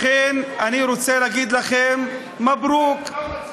לכן אני רוצה להגיד לכם: מברוכ,